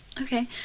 Okay